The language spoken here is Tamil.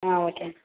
ஆ ஓகே